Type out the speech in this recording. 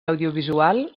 audiovisual